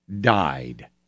died